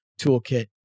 toolkit